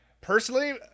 personally